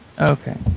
Okay